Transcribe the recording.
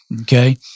Okay